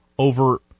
Over